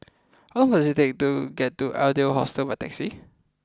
how long does it take to get to Adler Hostel by taxi